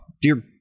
Dear